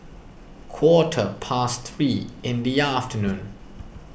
quarter past three in the afternoon